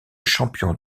champion